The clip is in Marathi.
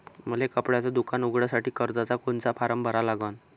मले कपड्याच दुकान उघडासाठी कर्जाचा कोनचा फारम भरा लागन?